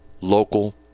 local